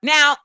Now